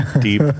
deep